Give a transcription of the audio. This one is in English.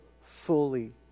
fully